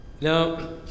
now